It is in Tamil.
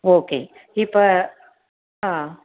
ஓகே இப்போ ஆ